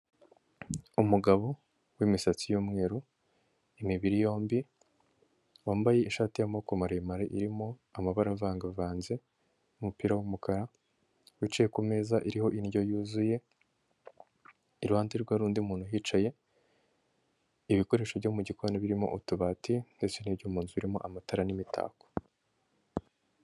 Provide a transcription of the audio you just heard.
Umugabo w'imisatsi y'umweru w'imibiri yombi, wambaye ishati y'amaboko maremare, irimo amabara avangavanze umupira w'umukara, wicaye kumeza iriho indyo yuzuye, iruhande rwe hari undi muntu uhicaye, ibikoresho byo mu mugikoni birimo utubati ndetse n'ibyo mu nzu birimo amatara n'imitako.